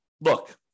look